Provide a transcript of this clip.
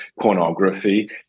pornography